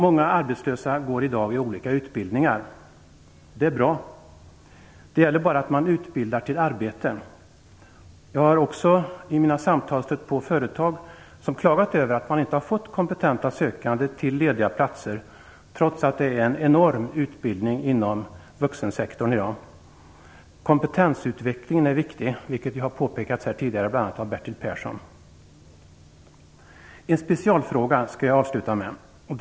många arbetslösa går i dag i olika utbildningar. Det är bra. Det gäller bara att man utbildas till arbete. Jag har i mina samtal stött på företag som har klagat över att de inte har fått kompetenta sökande till lediga platser trots att det i dag finns en enorm utbildningssektor för vuxna. Kompetensutvecklingen är viktig, vilket har påpekats här tidigare, bl.a. av Bertil Persson. Jag skall avsluta med en specialfråga.